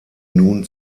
nun